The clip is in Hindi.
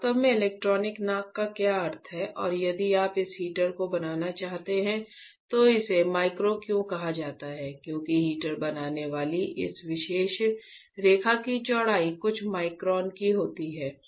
वास्तव में इलेक्ट्रॉनिक नाक का क्या अर्थ है और यदि आप इस हीटर को बनाना चाहते हैं तो इसे माइक्रो क्यों कहा जाता है क्योंकि हीटर बनाने वाली इस विशेष रेखा की चौड़ाई कुछ माइक्रोन की होती है